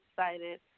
excited